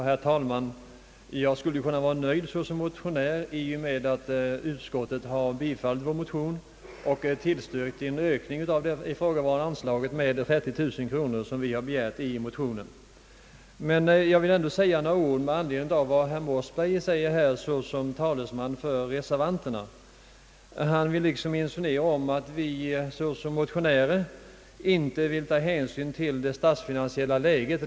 Herr talman! Som motionär skulle jag ju kunna vara nöjd i och med att utskottet har tillstyrkt motionen och därmed en ökning av ifrågavarande anslag med 30 000 kronor. Jag vill emellertid ändå säga några ord med anledning av vad herr Mossberger som talesman för reservanterna yttrade. Herr Mossberger ville, föreföll det mig, insinuera att vi motionärer inte ansåg oss böra ta hänsyn till det statsfinansiella läget.